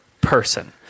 person